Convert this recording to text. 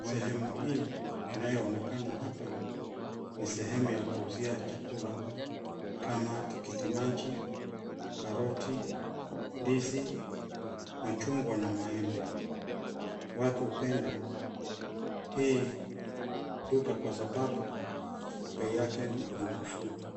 Sehemu hii inayoonekana hapa ni sehemu ya kuuzia chakula kama tikitimaji, karoti, ndizi, machungwa na maembe. Watu hupenda hii duka kwa sababu bei yake ni nafuu.